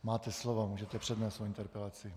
Máte slovo, můžete přednést svoji interpelaci.